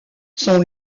son